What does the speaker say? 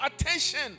attention